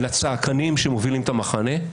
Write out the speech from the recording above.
לצעקנים שמובילים את המחנה,